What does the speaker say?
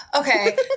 Okay